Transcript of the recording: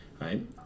right